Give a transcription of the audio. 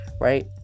right